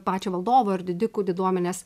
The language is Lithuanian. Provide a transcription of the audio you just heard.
pačio valdovo ir didikų diduomenės